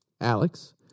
Alex